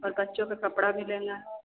और बच्चों का कपड़ा भी लेना है